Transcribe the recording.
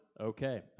Okay